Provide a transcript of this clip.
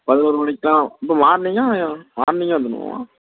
பதினொரு மணிக்கெலாம் இப்போ மார்னிங்கா மார்னிங்கே வந்துடணுமாம்மா